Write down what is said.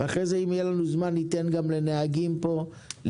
ואחרי כן אם יהיה לנו זמן ניתן גם לנהגים שנמצאים פה להתבטא.